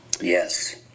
Yes